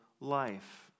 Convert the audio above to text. life